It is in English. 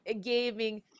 gaming